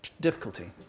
difficulty